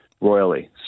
royally